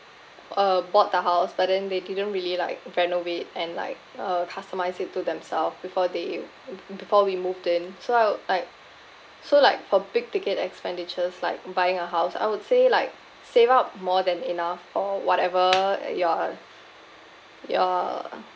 uh bought the house but then they didn't really like renovate and like uh customise it to themselves before they before we moved in so I like so like for big ticket expenditures like buying a house I would say like save up more than enough or whatever you're you're